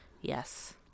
Yes